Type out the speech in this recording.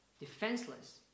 defenseless